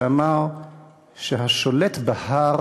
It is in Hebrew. שאמר שהשולט בהר